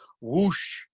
whoosh